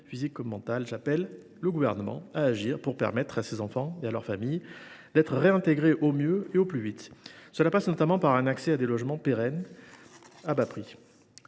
physique comme mentale. J’appelle le Gouvernement à agir pour permettre à ces enfants et à leurs familles d’être réintégrés au mieux et au plus vite. Cela passe, notamment, par un accès à des logements pérennes à bas prix.